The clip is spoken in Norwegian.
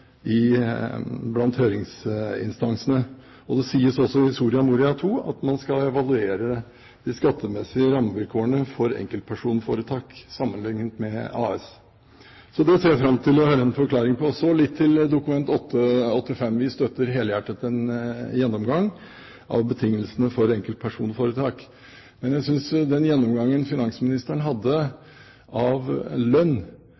blant høringsinstansene. Det sies også i Soria Moria II at man skal evaluere de skattemessige rammevilkårene for enkeltpersonforetak sammenlignet med AS. Så det ser jeg fram til å høre en forklaring på. Så litt til Dokument 8:85 S. Vi støtter helhjertet en gjennomgang av betingelsene for enkeltpersonforetak. Men jeg synes den gjennomgangen finansministeren hadde av lønn,